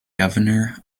governor